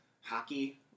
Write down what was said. hockey